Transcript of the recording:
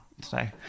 today